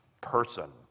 person